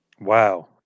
Wow